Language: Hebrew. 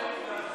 ומנסור